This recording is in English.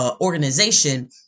organization